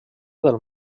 del